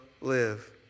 live